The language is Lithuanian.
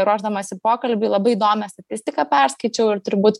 ruošdamasi pokalbiui labai įdomią statistiką perskaičiau ir turbūt